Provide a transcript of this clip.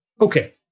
Okay